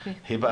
והיבה,